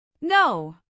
No